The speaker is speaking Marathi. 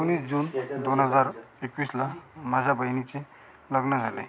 एकोणीस जून दोन हजार एकवीसला माझा बहिणीचे लग्न झाले